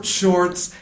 shorts